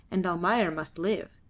and almayer must live.